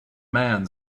man